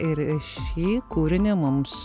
ir šį kūrinį mums